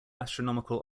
astronomical